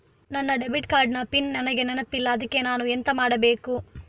ನನ್ನ debit card ನ PIN ನನಗೆ ನೆನಪಿಲ್ಲ ಅದ್ಕೆ ನಾನು ಎಂತ ಮಾಡಬೇಕು?